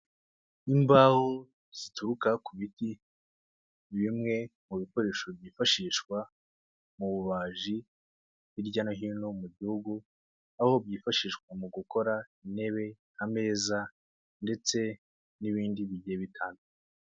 Imbaho zituruka ku biti bimwe mu bikoresho byifashishwa mu bubaji hirya no hino mu gihugu, aho byifashishwa mu gukora intebe, ameza ndetse n'ibindi bigiye bitandukanye.